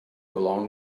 along